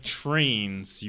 trains